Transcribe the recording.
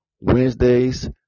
Wednesdays